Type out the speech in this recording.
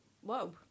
Whoa